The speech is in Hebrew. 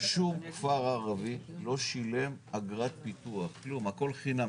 שום כפר ערבי לא שילם אגרת פיתוח, כלום, הכל חינם.